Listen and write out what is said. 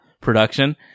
production